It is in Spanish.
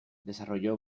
desarrolló